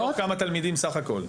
חגית, מתוך כמה תלמידים סך הכול?